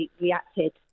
reacted